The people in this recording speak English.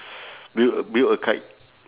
build a build a kite